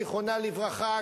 זיכרונה לברכה,